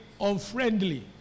unfriendly